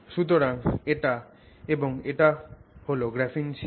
সুতরাং এটা এবং এটা হল গ্রাফিন শিট